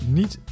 niet